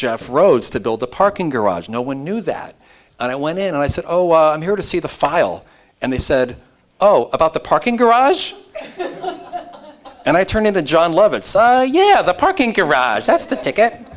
jeff rhodes to build a parking garage no one knew that and i went in and i said oh i'm here to see the file and they said oh about the parking garage and i turn in the jon lovett's yeah the parking garage that's the ticket